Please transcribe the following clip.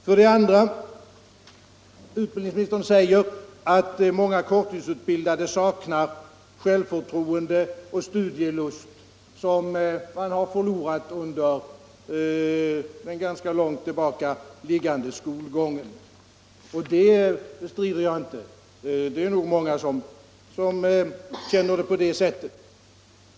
För det andra säger utbildningsministern att många korttidsutbildade saknar det självförtroende och den studielust som de förlorade under en skolgång som ligger ganska långt tillbaka i tiden. Det bestrider jag inte heller. Det är nog många som känner det så.